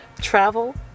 travel